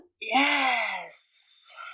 Yes